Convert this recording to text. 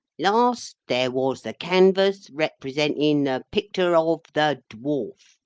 last, there was the canvass, representin the picter of the dwarf,